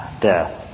death